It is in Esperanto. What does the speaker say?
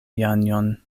janjon